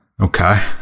Okay